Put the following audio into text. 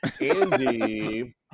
Andy